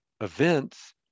events